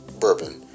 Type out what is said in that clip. bourbon